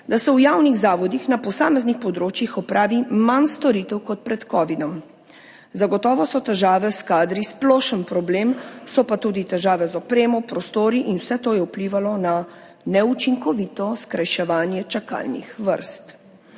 da se v javnih zavodih na posameznih področjih opravi manj storitev kot pred covidom. Zagotovo so težave s kadri splošen problem, so pa tudi težave z opremo, prostori in vse to je vplivalo na neučinkovito skrajševanje čakalnih vrst.